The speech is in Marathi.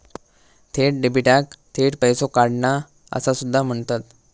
थेट डेबिटाक थेट पैसो काढणा असा सुद्धा म्हणतत